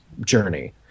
journey